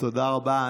תודה רבה.